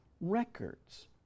records